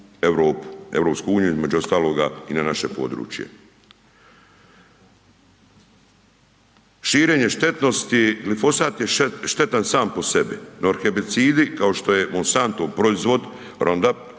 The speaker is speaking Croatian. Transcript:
Europu, EU-u, između ostaloga i na naše područje. Širenje štetnosti, glifosat je štetan sam po sebi, no herbicidi kao što je Monsantov proizvod Roundup